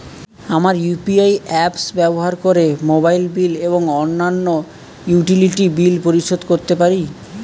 আমরা UPI apps ব্যবহার করে মোবাইল বিল এবং অন্যান্য ইউটিলিটি বিল পরিশোধ করতে পারি